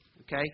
Okay